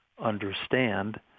understand